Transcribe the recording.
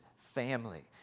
family